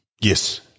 Yes